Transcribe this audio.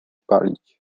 palić